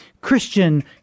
Christian